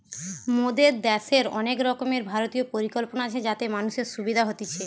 মোদের দ্যাশের অনেক রকমের ভারতীয় পরিকল্পনা আছে যাতে মানুষের সুবিধা হতিছে